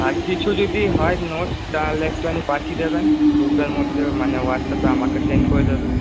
আর কিছু যদি হয় নোটস তাহলে একটুখানি পাঠিয়ে দেবেন গ্রুপের মধ্যে মানে হোয়াটসঅ্যাপে আমাকে সেন্ড করে দেবেন